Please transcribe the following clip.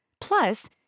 Plus